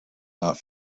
not